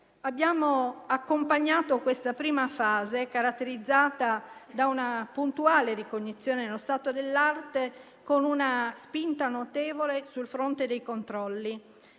Abbiamo accompagnato questa prima fase, caratterizzata da una puntuale ricognizione dello stato dell'arte, con una spinta notevole sul fronte dei controlli.